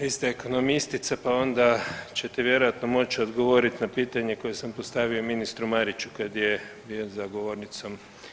Vi ste ekonomistica pa onda ćete vjerojatno moći odgovoriti na pitanje koje sam postavio ministru Mariću kad je bio za govornicom.